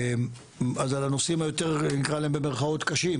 אז על הנושאים היותר נקרא להם "קשים",